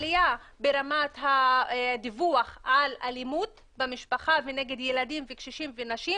עלייה ברמת הדיווח על אלימות במשפחה ונגד ילדים וקשישים ונשים,